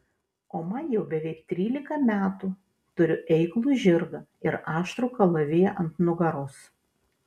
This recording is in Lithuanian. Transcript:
o man jau beveik trylika metų turiu eiklų žirgą ir aštrų kalaviją ant nugaros